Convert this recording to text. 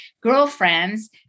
girlfriends